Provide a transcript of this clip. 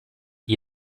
gli